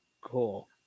cool